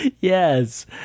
Yes